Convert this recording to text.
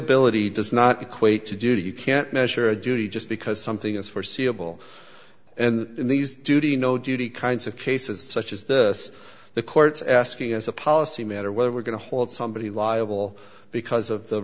ability does not equate to do that you can't measure a duty just because something is forseeable and in these duty no duty kinds of cases such as this the courts asking as a policy matter whether we're going to hold somebody liable because of the